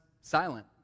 silent